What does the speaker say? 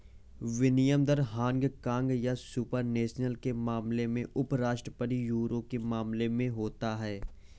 विनिमय दर हांगकांग या सुपर नेशनल के मामले में उपराष्ट्रीय यूरो के मामले में होता है